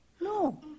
No